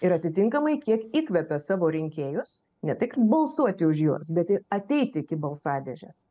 ir atitinkamai kiek įkvepia savo rinkėjus ne tai kad balsuoti už juos bet ir ateiti iki balsadėžės